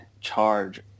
charge